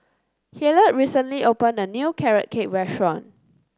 Hillard recently opened a new Carrot Cake restaurant